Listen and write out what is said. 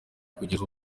kugeza